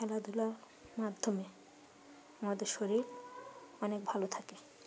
খেলাধুলার মাধ্যমে আমাদের শরীর অনেক ভালো থাকে